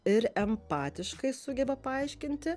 ir empatiškai sugeba paaiškinti